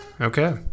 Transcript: Okay